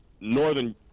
northern